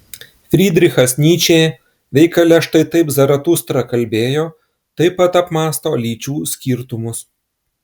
frydrichas nyčė veikale štai taip zaratustra kalbėjo taip pat apmąsto lyčių skirtumus